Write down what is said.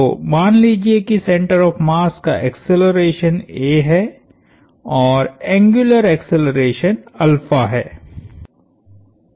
तो मान लीजिए कि सेंटर ऑफ़ मास का एक्सेलरेशन a है और एंग्युलर एक्सेलरेशन है